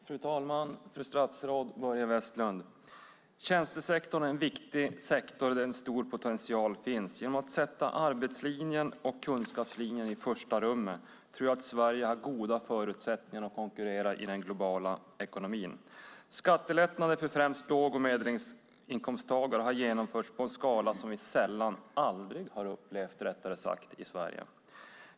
Fru talman, fru statsråd och Börje Vestlund! Tjänstesektorn är en viktig sektor där en stor potential finns. Genom att sätta arbetslinjen och kunskapslinjen i första rummet tror jag att Sverige har goda förutsättningar att konkurrera i den globala ekonomin. Skattelättnader för främst låg och medelinkomsttagare har genomförts på en skala som vi aldrig har upplevt i Sverige.